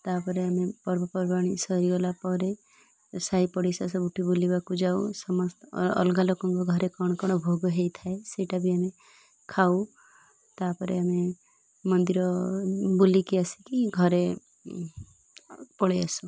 ତା'ପରେ ଆମେ ପର୍ବପର୍ବାଣି ସରିଗଲା ପରେ ସାହି ପଡ଼ିଶା ସବୁଠି ବୁଲିବାକୁ ଯାଉ ସମସ୍ତ ଅଲଗା ଲୋକଙ୍କ ଘରେ କ'ଣ କ'ଣ ଭୋଗ ହେଇଥାଏ ସେଇଟା ବି ଆମେ ଖାଉ ତା'ପରେ ଆମେ ମନ୍ଦିର ବୁଲିକି ଆସିକି ଘରେ ପଳେଇ ଆସୁ